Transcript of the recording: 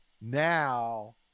now